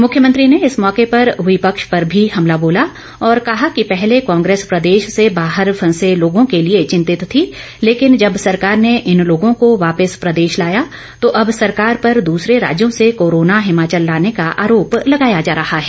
उन्होंने इस मौके पर विपक्ष पर भी हमला बोला और कहा कि पहले कांग्रेस प्रदेश से बाहर फंसे लोगों के लिए चिंतित थी लेकिन जब सरकार ने इन लोगों को वापिस प्रदेश लाया तो अब सरकार पर दूसरे राज्यों से कोरोना हिमाचल लाने का आरोप लगाया जा रहा है